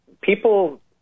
people